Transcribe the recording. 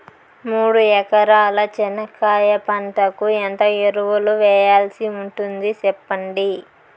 మూడు ఎకరాల చెనక్కాయ పంటకు ఎంత ఎరువులు వేయాల్సి ఉంటుంది సెప్పండి?